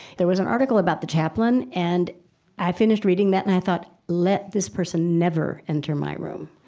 there was an article about the chaplain, and i finished reading that and i thought, let this person never enter my room.